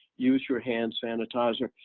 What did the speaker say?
use your hand sanitizer.